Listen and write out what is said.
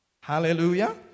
Hallelujah